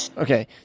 Okay